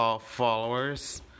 followers